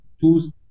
choose